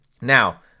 Now